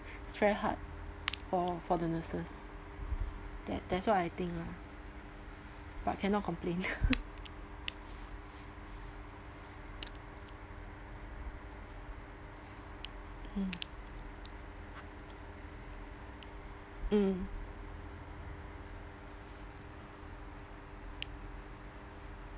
it's very hard for for the nurses that that's what I think lah but cannot complain mm mm